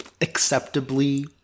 acceptably